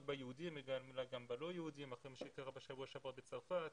ביהודים אלא גם באלה שהם לא יהודים מה שקרה בשבוע שעבר בצרפת